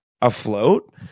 afloat